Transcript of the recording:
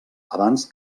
abans